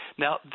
Now